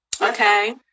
Okay